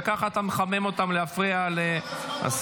וכך אתה מחמם אותם להפריע להשכל?